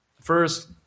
first